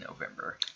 november